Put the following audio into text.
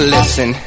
Listen